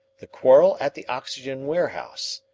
the quarrel at the oxygen warehouse.